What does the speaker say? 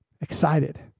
excited